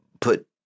put